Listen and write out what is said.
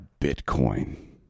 Bitcoin